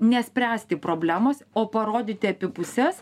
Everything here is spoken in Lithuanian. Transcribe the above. nespręsti problemos o parodyti abi puses